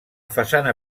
façana